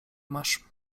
masz